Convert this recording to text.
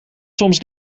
soms